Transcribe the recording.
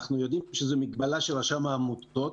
אנחנו יודעים שזאת מגבלה של רשם העמותות,